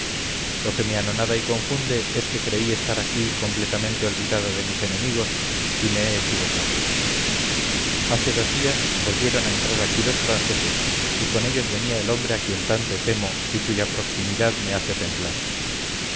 lo que me anonada y confunde es que creí estar aquí completamente olvidada de mis enemigos y me he equivocado hace dos días volvieron a entrar aquí los franceses y con ellos venía el hombre a quien tanto temo y cuya proximidad me hace temblar